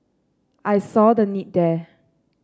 I saw the need there